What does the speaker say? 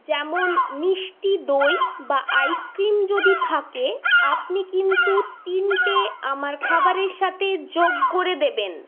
যেমন মিষ্টি দই বা আইসক্রিম যদি থাকে আপনি কিন্তু তিনটে আমার খাবারের সাথে যোগ করে দেবেন